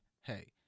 hey